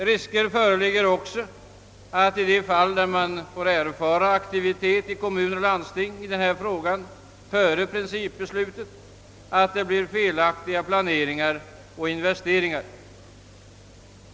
Risker föreligger också att det i de fall, där man får erfara aktivitet i kommuner och landsting i denna fråga före principbeslutets fattande, görs felaktiga planeringar och investeringar.